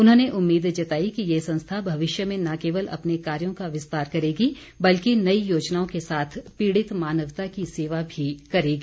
उन्होंने उम्मीद जताई कि ये संस्था भविष्य में न केवल अपने कार्यो का विस्तार करेगी बल्कि नई योजनाओं के साथ पीड़ित मानवता की सेवा भी करेगी